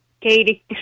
Katie